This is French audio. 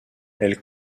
elle